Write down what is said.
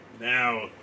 Now